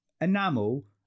enamel